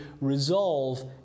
resolve